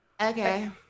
Okay